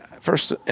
First